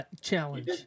Challenge